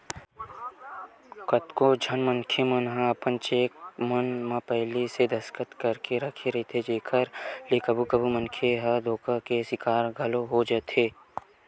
कतको झन मनखे मन ह अपन चेक मन म पहिली ले दस्खत करके राखे रहिथे जेखर ले कभू कभू मनखे ह धोखा के सिकार घलोक हो जाथे